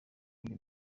indi